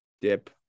dip